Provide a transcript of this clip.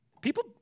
people